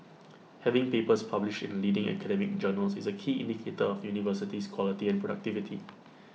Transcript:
having papers published in leading academic journals is A key indicator of university's quality and productivity